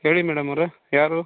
ಹೇಳಿ ಮೇಡಮ್ ಅವರೇ ಯಾರು